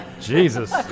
Jesus